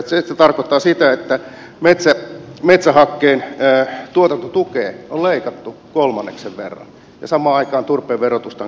se tarkoittaa sitä että metsähakkeen tuotantotukea on leikattu kolmanneksen verran ja samaan aikaan turpeen verotusta on kiristetty